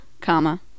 comma